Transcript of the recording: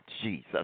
Jesus